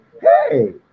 Hey